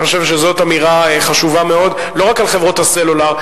אני חושב שזאת אמירה חשובה מאוד לא רק לגבי חברות הסלולר,